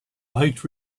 light